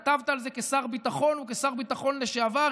כתבת על זה כשר ביטחון וכשר ביטחון לשעבר,